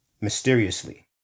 Mysteriously